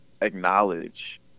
acknowledge